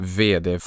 vd